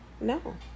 no